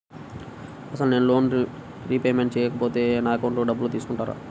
అసలు నేనూ loan repayment చేయకపోతే నా అకౌంట్లో డబ్బులు తీసుకుంటారా?